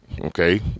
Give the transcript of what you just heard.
Okay